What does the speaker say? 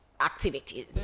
activities